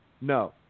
no